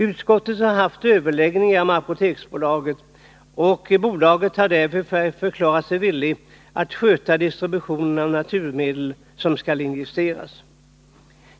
Utskottet har haft överläggningar med Apoteksbolaget, och bolaget har därvid förklarat sig villigt att sköta distributionen av naturmedel som skall injiceras.